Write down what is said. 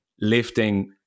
lifting